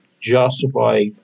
justify